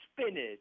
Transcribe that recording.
spinach